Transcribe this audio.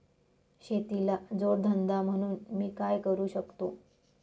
शेतीला जोड धंदा म्हणून मी काय करु शकतो?